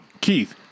Keith